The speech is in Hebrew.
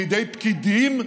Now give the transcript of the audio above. לידי פקידים,